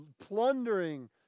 plundering